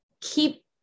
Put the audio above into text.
keep